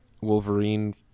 Wolverine